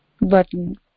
button